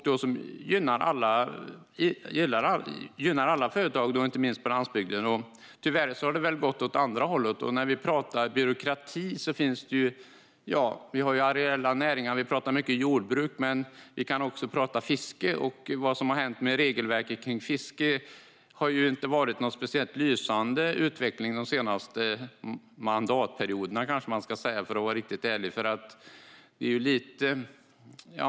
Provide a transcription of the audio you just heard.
Det gynnar alla företag, inte minst på landsbygden. Tyvärr har det gått åt andra hållet. När vi pratar byråkrati pratar vi mycket om areella näringar, om jordbruk, men vi kan också prata om fiske och vad som har hänt med regelverket där. Det har inte varit någon lysande utveckling där de senaste mandatperioderna, kanske man ska säga för att vara riktigt ärlig.